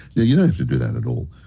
yeah you don't have to do that at all.